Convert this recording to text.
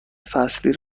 فصلی